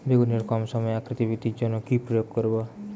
বেগুনের কম সময়ে আকৃতি বৃদ্ধির জন্য কি প্রয়োগ করব?